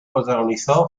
protagonizó